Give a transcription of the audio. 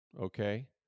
okay